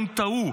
הם טעו.